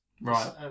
right